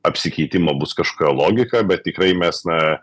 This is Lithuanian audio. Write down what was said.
apsikeitimo bus kažkokia logika bet tikrai mes na